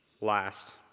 Last